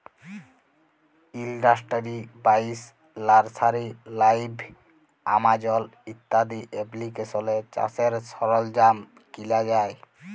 industry বাইশ, nursery live, Amazon ইত্যাদি এপ্লিকেশলে চাষের সরল্জাম কিলা যায়